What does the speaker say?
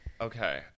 Okay